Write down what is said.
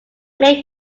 make